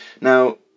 Now